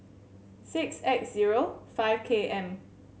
six X zero five K M